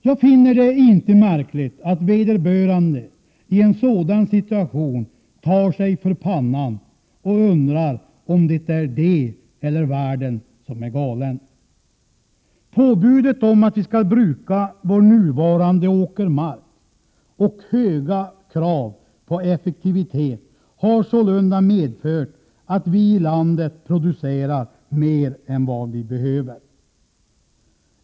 Jag finner det inte märkligt att vederbörande i en sådan situation tar sig för pannan och undrar om det är han eller världen som är galen. Påbudet om att vi skall bruka vår nuvarande åkermark och de höga kraven på effektivitet har sålunda medfört att vi producerar mer i landet än vad vi behöver.